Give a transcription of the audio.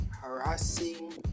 harassing